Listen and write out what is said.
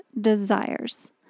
desires